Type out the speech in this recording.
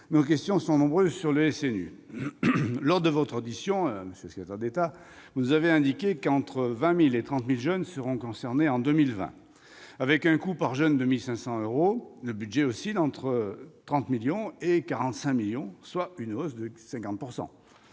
nos questions sont nombreuses sur le SNU. Lors de votre audition, monsieur le secrétaire d'État, vous avez indiqué qu'entre 20 000 et 30 000 jeunes seront concernés en 2020. Avec un coût par jeune de 1 500 euros, le budget oscille entre 30 millions et 45 millions d'euros, soit une hausse de 50 %.